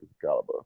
caliber